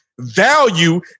Value